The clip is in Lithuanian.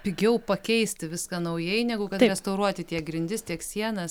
pigiau pakeisti viską naujai negu kad restauruoti tiek grindis tiek sienas